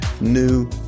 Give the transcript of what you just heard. new